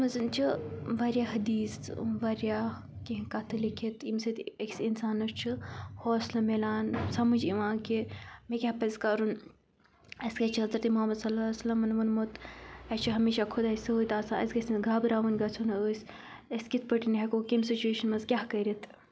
اَتھ منٛز چھِ واریاہ حدیٖث واریاہ کیٚنٛہہ کَتھٕ لیٚکھِتھ ییٚمہِ سۭتۍ أکِس اِنسانَس چھُ حوصلہٕ میلان سَمٕجھ یِوان کہِ مےٚ کیٛاہ پَزِ کَرُن اَسہِ کیٛاہ چھ حضرتِ محمد صوٚللہ سلیہِ وَسَلَمَن ووٚنمُت اَسہِ چھُ ہمیشہ خۄداے سۭتۍ آسان اَسہِ گژھِ نہٕ گابراوٕنۍ گَژھو نہٕ أسۍ أسۍ کِتھٕ پٲٹھۍ ہیٚکو کمہِ سُچویشَن منٛز کیٛاہ کٔرِتھ